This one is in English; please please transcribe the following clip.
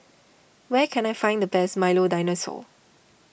where can I find the best Milo Dinosaur